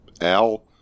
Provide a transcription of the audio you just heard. Al